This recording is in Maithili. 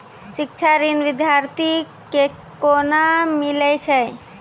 शिक्षा ऋण बिद्यार्थी के कोना मिलै छै?